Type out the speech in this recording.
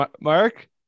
Mark